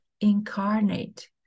incarnate